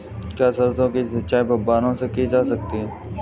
क्या सरसों की सिंचाई फुब्बारों से की जा सकती है?